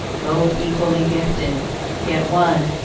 both equally gifted yet one,